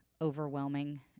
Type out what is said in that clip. overwhelming